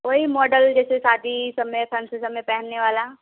वही मॉडल जैसे शादी समय फंगक्शन समय पहनने वाला